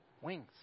wings